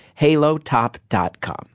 halotop.com